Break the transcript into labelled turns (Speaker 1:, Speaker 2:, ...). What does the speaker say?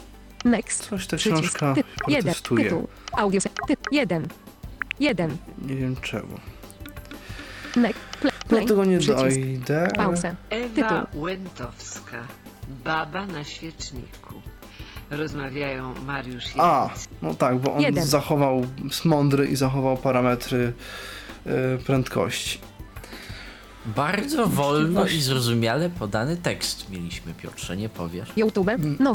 Speaker 1: Next.
Speaker 2: Coś ta
Speaker 1: Przycisk.
Speaker 2: książka
Speaker 1: Typ jeden.
Speaker 2: protestuje.
Speaker 1: Tytuł. Audio se- typ jeden. Jeden.
Speaker 2: Nie wiem czemu.
Speaker 1: Next. Play-
Speaker 2: No,
Speaker 1: play.
Speaker 2: tego nie
Speaker 1: Przycisk.
Speaker 2: dojdę.
Speaker 1: Pauzę. Tytuł.
Speaker 3: Ewa Łętowska, Baba na świeczniku. Rozmawiają Mariusz i
Speaker 2: A,
Speaker 3: Jacek.
Speaker 2: no tak, bo on
Speaker 1: Jeden.
Speaker 2: zachował- mądry i zachował parametry, e, prędkości.
Speaker 4: Bardzo wolno i zrozumiale podany tekst mieliśmy, Piotrze, nie powiesz?
Speaker 1: YouTube.
Speaker 2: Mm.
Speaker 1: No.